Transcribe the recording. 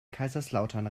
kaiserslautern